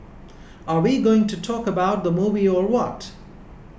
are we going to talk about the movie or what